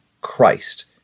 Christ